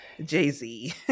Jay-Z